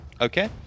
okay